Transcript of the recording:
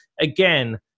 Again